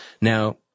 Now